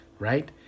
Right